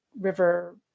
river